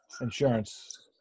insurance